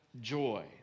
Joy